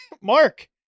Mark